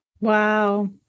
Wow